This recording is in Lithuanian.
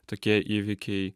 tokie įvykiai